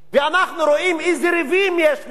ואנחנו רואים איזה ריבים ישנם